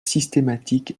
systématique